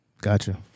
Gotcha